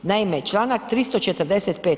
Naime, članak 345.